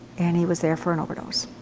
and he was there for an overdose.